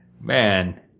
Man